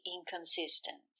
inconsistent